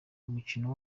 umukino